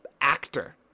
actor